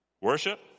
Worship